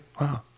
wow